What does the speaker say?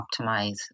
optimize